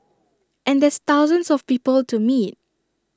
and there's thousands of people to meet